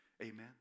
Amen